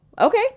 okay